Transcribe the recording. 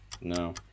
No